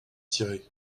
tirer